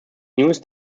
newest